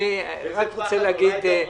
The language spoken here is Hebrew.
היא רוצה לעבוד.